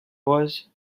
was